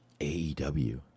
AEW